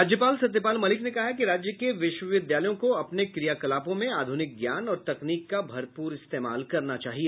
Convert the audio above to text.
राज्यपाल सत्यपाल मलिक ने कहा है कि राज्य के विश्वविद्यालयों को अपने क्रियाकलापों में आधुनिक ज्ञान और तकनीक का भरपूर इस्तेमाल करना चाहिए